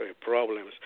problems